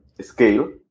scale